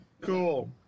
Cool